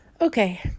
Okay